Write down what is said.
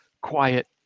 quiet